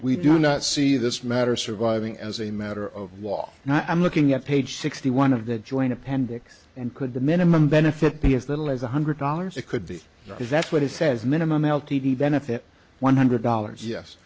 we do not see this matter surviving as a matter of law and i'm looking at page sixty one of the joint appendix and could the minimum benefit be as little as one hundred dollars it could be if that's what it says minimum l t d benefit one hundred dollars yes